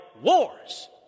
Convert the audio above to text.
wars